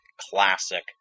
classic